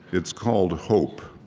it's called hope.